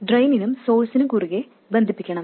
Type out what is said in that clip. RL ഡ്രെയിനിനും സോഴ്സിനും കുറുകേ ബന്ധിപ്പിക്കണം